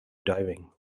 diving